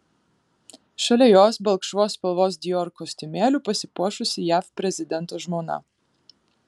šalia jos balkšvos spalvos dior kostiumėliu pasipuošusi jav prezidento žmona